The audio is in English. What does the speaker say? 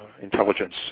intelligence